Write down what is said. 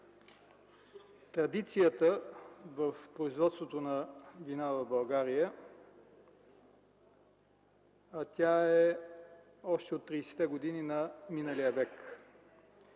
традицията в производството на вина в България, а тя е още от 30-те години на миналия век.